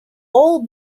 all